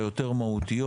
היותר מהותיות.